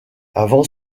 avant